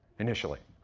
initially.